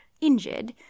injured